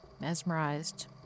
mesmerized